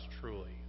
truly